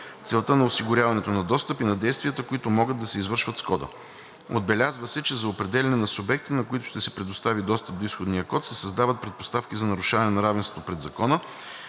целта на осигуряването на достъп и на действията, които могат да се извършват с кода. Отбелязва се, че за определяне на субектите, на които ще се предостави достъп до изходния код се създават предпоставки за нарушаване на равенството пред закона